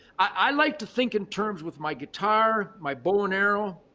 i like to think in terms with my guitar, my bow and arrow,